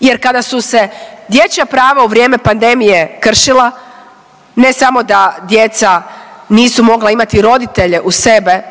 jer kada su se dječja prava u vrijeme pandemije kršila, ne samo da djeca nisku mogla imati roditelje uz sebe